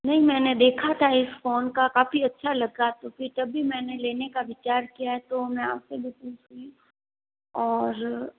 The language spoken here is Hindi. नहीं मैंने देखा था इस फोन का काफ़ी अच्छा लगा तो फिर तभी मैंने लेने का विचार किया तो मैं आपसे भी पूछ रही हूँ और